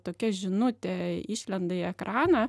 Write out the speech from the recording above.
tokia žinutė išlenda į ekraną